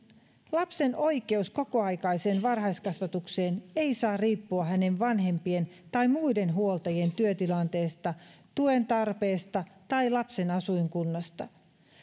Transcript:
lapsen oikeus kokoaikaiseen varhaiskasvatukseen ei saa riippua hänen vanhempiensa tai muiden huoltajien työtilanteesta tuen tarpeesta tai lapsen asuinkunnasta